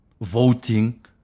voting